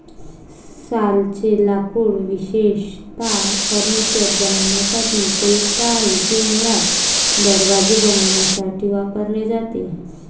सालचे लाकूड विशेषतः फर्निचर बनवण्यासाठी उपयुक्त आहे, ते मुळात दरवाजे बनवण्यासाठी वापरले जाते